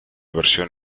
versión